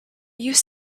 used